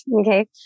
Okay